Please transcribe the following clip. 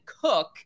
Cook